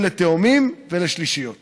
הורים לתאומים ולשלישיות